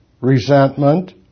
resentment